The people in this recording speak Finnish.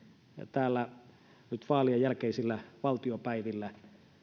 täällä nyt vaalien jälkeisillä valtiopäivillä